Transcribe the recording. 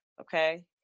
Okay